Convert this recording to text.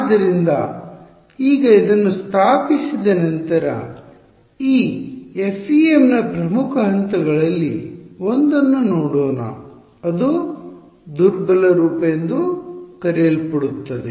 ಆದ್ದರಿಂದ ಈಗ ಇದನ್ನು ಸ್ಥಾಪಿಸಿದ ನಂತರ ಈ FEM ನ ಪ್ರಮುಖ ಹಂತಗಳಲ್ಲಿ ಒಂದನ್ನು ನೋಡೋಣ ಅದು ದುರ್ಬಲ ರೂಪ ಎಂದು ಕರೆಯಲ್ಪಡುತ್ತದೆ